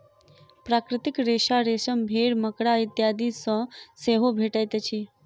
प्राकृतिक रेशा रेशम, भेंड़, मकड़ा इत्यादि सॅ सेहो भेटैत अछि